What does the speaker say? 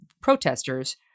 protesters